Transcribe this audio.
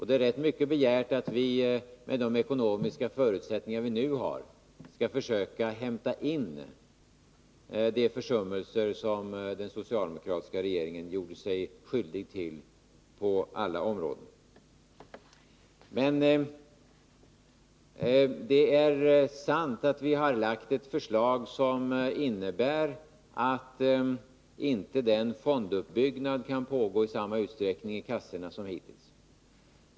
De är rätt mycket begärt att vi, med de ekonomiska förutsättningar vi nu har, skall försöka att på alla områden hämta in den eftersläpning som beror på försummelser som den socialdemokratiska regeringen gjorde sig skyldig till. Det är också sant att vi har lagt fram ett förslag som innebär att fonduppbyggnaden i kassorna inte kan pågå i samma utsträckning som hittills.